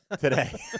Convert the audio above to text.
today